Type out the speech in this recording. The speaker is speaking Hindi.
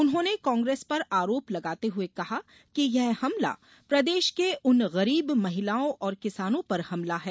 उन्होंने कांग्रेस पर आरोप लगाते हुए कहा कि यह हमला प्रदेश के उन गरीब महिलाओं और किसानों पर हमला है